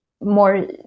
more